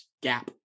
gap